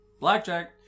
Blackjack